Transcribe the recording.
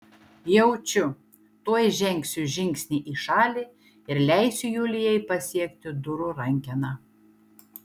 jaučiu tuoj žengsiu žingsnį į šalį ir leisiu julijai pasiekti durų rankeną